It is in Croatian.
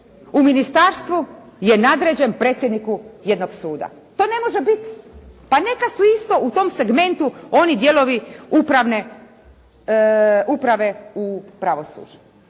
u Ministarstvu je nadređen predsjedniku jednog suda. To ne može biti. Pa neka su isto u tom segmentu oni dijelovi upravne, uprave u